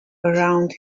around